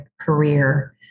career